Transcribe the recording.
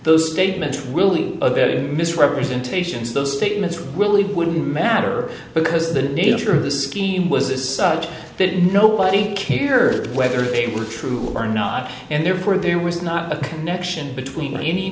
those statements will be a bit misrepresentations those statements really wouldn't matter because the nature of the scheme was is such that nobody cared whether they were true or not and therefore there was not a connection between any